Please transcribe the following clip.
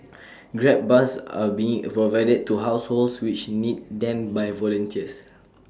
grab bars are being provided to households which need them by volunteers